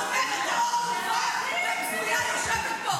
תומכת טרור --- בזויה יושבת פה.